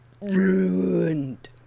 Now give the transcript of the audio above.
ruined